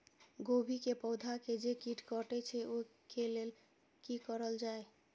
गोभी के पौधा के जे कीट कटे छे वे के लेल की करल जाय?